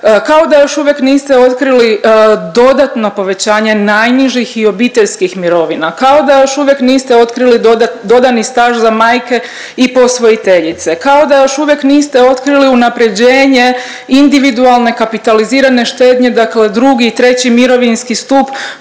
kao da još uvijek niste otkrili dodatno povećanje najnižih i obiteljskih mirovina, kao da još uvijek niste otkrili dodani staž za majke i posvojiteljice, kao da još uvijek niste otkrili unaprjeđenje individualne kapitalizirane štednje da kao drugi i treći mirovinski stup